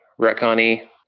retconny